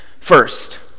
First